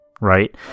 right